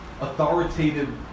authoritative